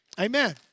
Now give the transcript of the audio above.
Amen